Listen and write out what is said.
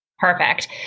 Perfect